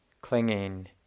clinging